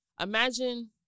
imagine